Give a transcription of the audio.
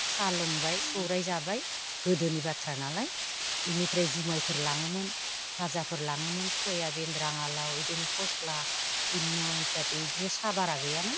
साहा लोंबाय सौराय जाबाय गोदोनि बाथ्रा नालाय बेनिफ्राय जुमायफोर लाङोमोन भाजाफोर लाङोमोन सयाबिन राङालाव बिदिनो फस्ला नयथाथे बिदिनो साह बारा गैयामोन